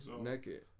naked